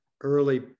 early